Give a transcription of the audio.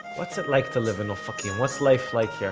what's it like to live in ofakim, what's life like here?